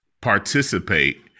participate